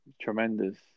tremendous